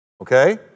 Okay